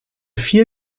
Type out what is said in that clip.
vier